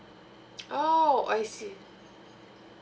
oh I see